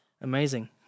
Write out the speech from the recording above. amazing